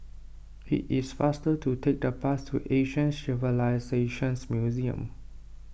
it is faster to take the bus to Asian Civilisations Museum